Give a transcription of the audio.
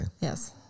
Yes